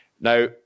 now